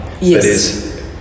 Yes